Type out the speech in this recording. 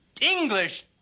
English